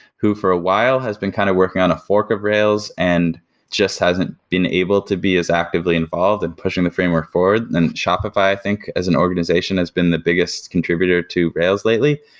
who for a while has been kind of working on a fork of rails and just hasn't been able to be as actively involved in pushing the framework forward. then shopify, i think as an organization has been the biggest contributor to rails lately.